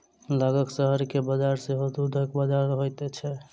लगक शहर के बजार सेहो दूधक बजार होइत छै